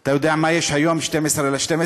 אתה יודע מה יש היום, 12 בדצמבר?